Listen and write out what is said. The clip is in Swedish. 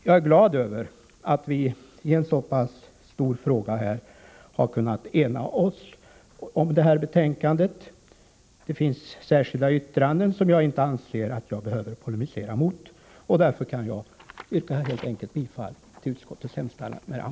Jag är glad över att vi i en så pass stor fråga har kunnat ena oss om betänkandet; det finns bara ett par särskilda yttranden, som jag inte anser mig behöva polemisera emot. Därför yrkar jag med det anförda helt enkelt bifall till utskottets hemställan.